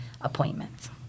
appointments